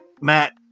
Matt